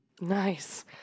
Nice